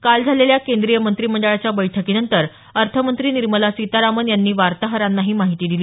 काल झालेल्या केंद्रीय मंत्रिमंडळाच्या बैठकीनंतर अर्थमंत्री निर्मला सीतारामन यांनी वार्ताहरांना ही माहिती दिली